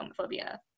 homophobia